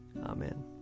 Amen